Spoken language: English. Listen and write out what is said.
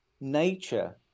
nature